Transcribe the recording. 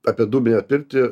apie dūminę pirtį